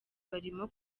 barimo